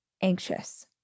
anxious